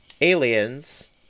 aliens